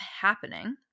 happening